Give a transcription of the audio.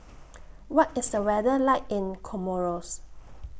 What IS The weather like in Comoros